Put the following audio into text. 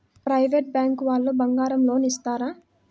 Private bank వాళ్ళు బంగారం loan ఇస్తారా?